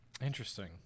Interesting